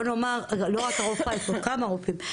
והיו לו כמה רופאים,